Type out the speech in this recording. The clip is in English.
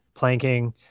planking